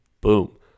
Boom